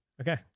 Okay